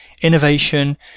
innovation